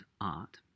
art